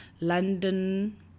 London